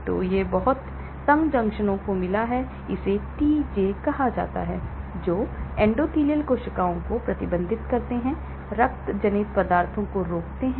तो यह बहुत तंग जंक्शनों को मिला है उन्हें TJ कहा जाता है जो एंडोथेलियल कोशिकाओं को प्रतिबंधित करने रक्त जनित पदार्थों को रोकते हैं